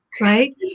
right